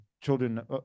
children